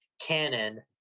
canon